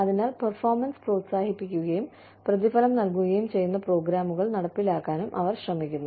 അതിനാൽ പർഫോർമൻസ് പ്രോത്സാഹിപ്പിക്കുകയും പ്രതിഫലം നൽകുകയും ചെയ്യുന്ന പ്രോഗ്രാമുകൾ നടപ്പിലാക്കാനും അവർ ശ്രമിക്കുന്നു